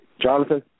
Jonathan